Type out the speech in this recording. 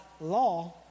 law